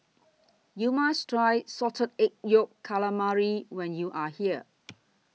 YOU must Try Salted Egg Yolk Calamari when YOU Are here